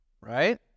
right